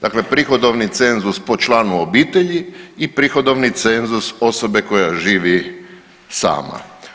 Dakle, prihodovni cenzus po članu obitelji i prihodovni cenzus osobe koja živi sama.